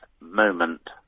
moment